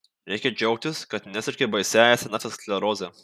reikia džiaugtis kad nesergi baisiąja senatvės skleroze